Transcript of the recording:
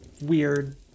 weird